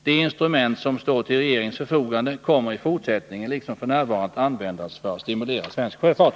De instrument som står till regeringens förfogande kommer i fortsättningen liksom f. n. att användas för att stimulera svensk sjöfart.